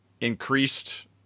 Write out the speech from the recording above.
increased